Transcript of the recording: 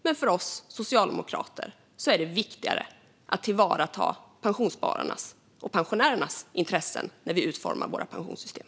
Men för oss socialdemokrater är det viktigare att tillvarata pensionsspararnas och pensionärernas intressen när vi utformar våra pensionssystem.